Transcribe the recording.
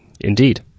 Indeed